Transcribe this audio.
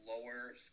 lower